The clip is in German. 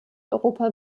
europa